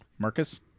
Marcus